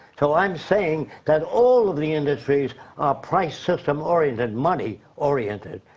so, i'm saying that all of the industries are price system oriented, money oriented.